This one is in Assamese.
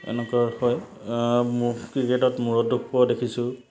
এনেকুৱা হয় মোৰ ক্ৰিকেটত মূৰত দুখ পোৱাও দেখিছোঁ